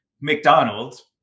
McDonald's